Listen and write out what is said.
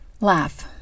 Laugh